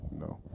No